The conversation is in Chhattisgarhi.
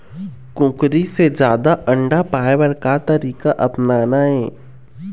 कुकरी से जादा अंडा पाय बर का तरीका अपनाना ये?